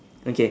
okay